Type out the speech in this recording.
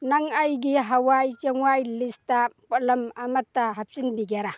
ꯅꯪ ꯑꯩꯒꯤ ꯍꯋꯥꯏ ꯆꯦꯡꯋꯥꯏ ꯂꯤꯁꯇ ꯄꯣꯠꯂꯝ ꯑꯃꯠꯇ ꯍꯥꯞꯆꯤꯟꯕꯤꯒꯦꯔꯥ